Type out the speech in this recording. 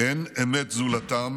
אין אמת זולתם